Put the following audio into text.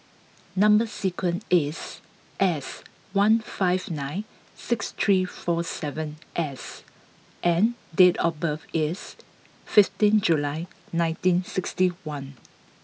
number sequence is S one five nine six three four seven S and date of birth is fifteen July nineteen sixty one